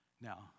Now